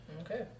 Okay